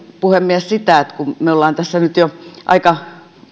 puhemies sitä kun me olemme tässä nyt jo aika